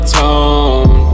tone